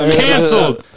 canceled